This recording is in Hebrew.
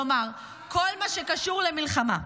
כלומר, כל מה שקשור למלחמה,